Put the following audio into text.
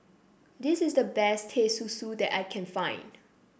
this is the best Teh Susu that I can find